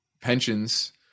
pensions